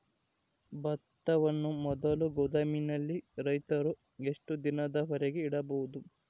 ಭತ್ತವನ್ನು ಮೊದಲು ಗೋದಾಮಿನಲ್ಲಿ ರೈತರು ಎಷ್ಟು ದಿನದವರೆಗೆ ಇಡಬಹುದು?